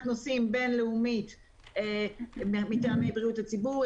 נוסעים בין-לאומית מטעמי בריאות הציבור.